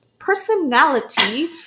personality